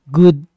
good